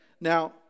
Now